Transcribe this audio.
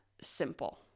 simple